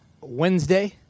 Wednesday